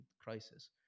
crisis